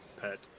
pet